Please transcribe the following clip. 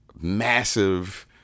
massive